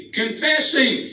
confessing